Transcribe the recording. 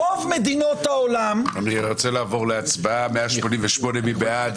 ברוב מדינות העולם --- נצביע על הסתייגות 188. מי בעד?